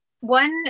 One